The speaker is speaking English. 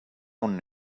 own